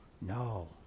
No